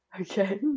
Okay